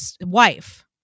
wife